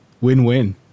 Win-win